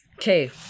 Okay